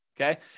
okay